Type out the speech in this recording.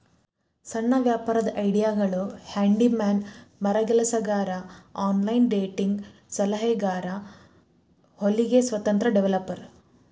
ಸಣ್ಣ ವ್ಯಾಪಾರದ್ ಐಡಿಯಾಗಳು ಹ್ಯಾಂಡಿ ಮ್ಯಾನ್ ಮರಗೆಲಸಗಾರ ಆನ್ಲೈನ್ ಡೇಟಿಂಗ್ ಸಲಹೆಗಾರ ಹೊಲಿಗೆ ಸ್ವತಂತ್ರ ಡೆವೆಲಪರ್